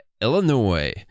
Illinois